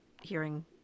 hearing